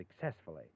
successfully